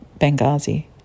Benghazi